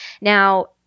Now